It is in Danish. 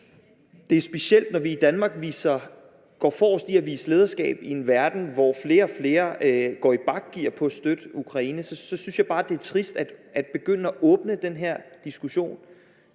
det er specielt, når vi i Danmark går forrest for at vise lederskab i en verden, hvor flere og flere går i bakgear i forhold til at støtte Ukraine, og så synes jeg bare, det er trist at begynde at åbne den her diskussion